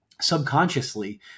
subconsciously